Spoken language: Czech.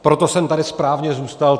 Proto jsem tady správně zůstal.